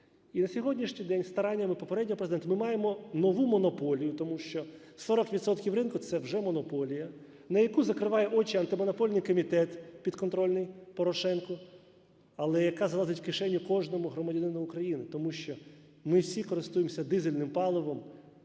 І на сьогоднішній день стараннями попереднього Президента ми маємо нову монополію. Тому що 40 відсотків ринку – це вже монополія, на яку закриває очі Антимонопольний комітет, підконтрольний Порошенку, але яка залазить в кишеню кожному громадянину України. Тому що ми всі користуємось дизельним паливом